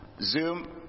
Zoom